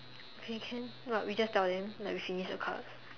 okay can what we just tell them like we finish the cards